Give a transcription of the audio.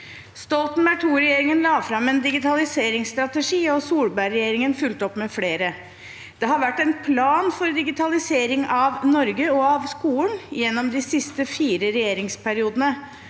Stoltenberg II-regjeringen la fram en digitaliseringsstrategi, og Solberg-regjeringen fulgte opp med flere. Det har vært en plan for digitalisering av Norge og av skolen gjennom de siste fire regjeringsperiodene.